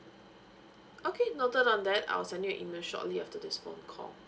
okay noted on that I'll send you an email shortly after this phone call